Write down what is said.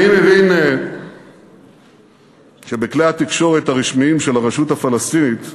אני מבין שבכלי התקשורת הרשמיים של הרשות הפלסטינית,